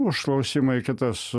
užklausimą į kitas